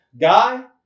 guy